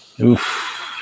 Oof